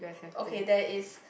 okay there is